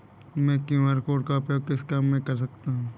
मैं QR code का उपयोग किस काम में कर सकता हूं?